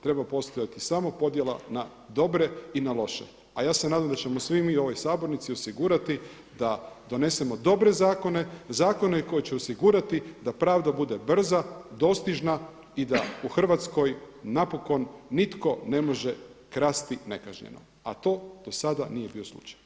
Treba postojati samo podjela na dobre i na loše, a ja se nadam da ćemo svi mi u ovoj sabornici osigurati da donesemo dobre zakone, zakone koji će osigurati da pravda bude brza, dostižna i da u Hrvatskoj napokon nitko ne može krasti nekažnjeno a to do sada nije bio slučaj.